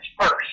first